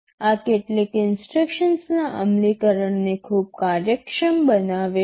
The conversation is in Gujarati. આ કેટલીક ઇન્સટ્રક્શન્સના અમલીકરણને ખૂબ કાર્યક્ષમ બનાવે છે